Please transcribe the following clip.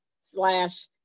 slash